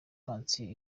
pansiyo